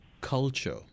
culture